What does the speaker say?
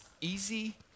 easy